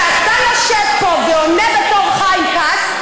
כשאתה יושב פה ועונה בתור חיים כץ,